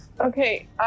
Okay